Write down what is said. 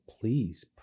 please